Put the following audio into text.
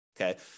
Okay